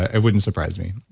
it wouldn't surprise me.